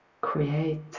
create